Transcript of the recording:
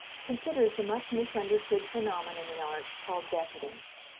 considers the much misunderstood phenomenon in art called decadence.